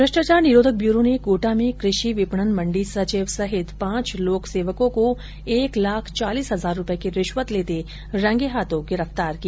भ्रष्टाचार निरोधक ब्यरो ने कोटा में कृषि विपणन मंडी सचिव सहित पांच लोक सेवकों को एक लाख चालीस हजार रूपये की रिश्वत लेते रंगे हाथों गिरफ्तार किया